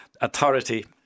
authority